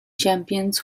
champions